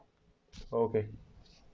okay